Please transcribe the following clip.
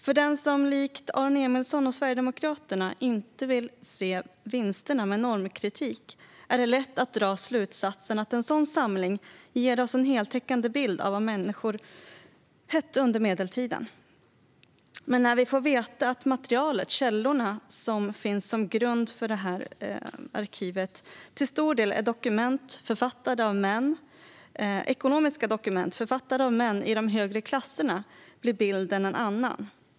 För den som likt Aron Emilsson och Sverigedemokraterna inte vill se vinsterna med normkritik är det lätt att dra slutsatsen att en sådan samling ger oss en heltäckande bild av vad människor hette under medeltiden. Men när vi får veta att källorna till stor del är ekonomiska dokument författade av män i de högre klasserna blir bilden en annan.